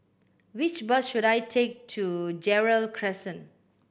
which bus should I take to Gerald Crescent